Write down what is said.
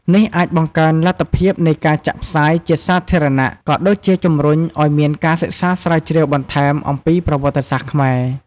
នេះអាចបង្កើនលទ្ធភាពនៃការចាក់ផ្សាយជាសាធារណៈ ក៏ដូចជាជំរុញឱ្យមានការសិក្សាស្រាវជ្រាវបន្ថែមអំពីប្រវត្តិសាស្ត្រខ្មែរ។